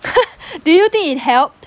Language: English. do you think it helped